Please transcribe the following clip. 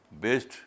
based